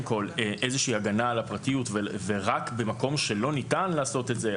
כל איזושהי הגנה על הפרטיות ורק במקום שלא ניתן לעשות את זה,